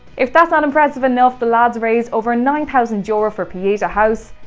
if that's not impressive enough, the lads raised over nine thousand euros for pieta house,